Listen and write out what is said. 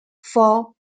for